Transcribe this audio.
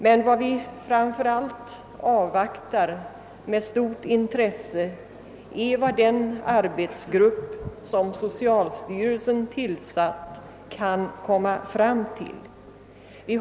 Men vad vi framför allt avvaktar med stort intresse är vad den arbetsgrupp som socialstyrelsen tillsatt kan åstadkomma. Vi.